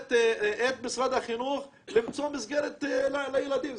את משרד החינוך למצוא מסגרת לילדים.